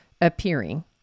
appearing